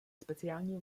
speciální